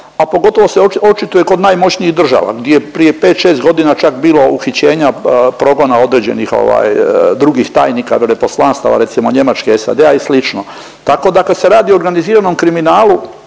a pogotovo se očituje kod najmoćnijih država, di je prije 5, 6 godina čak bilo uhićenja probana određenih ovaj drugih tajnika, veleposlanstava, recimo, Njemačke, SAD-a i slično. Tako da kad se radi o organiziranom kriminalu